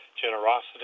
generosity